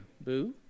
boo